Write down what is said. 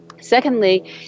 Secondly